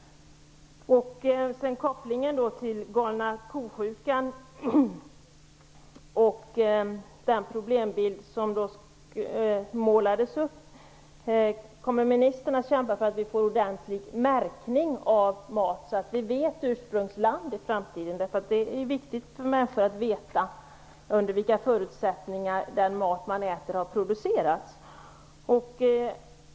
Vad gäller kopplingen till "galna ko-sjukan" och den problembild som målades upp: Kommer ministern att kämpa för att vi får en ordentlig märkning av mat, så att vi i framtiden vet vilket land som är ursprungslandet? Det är viktigt för människor att veta under vilka förutsättningar den mat man äter har producerats.